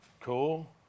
cool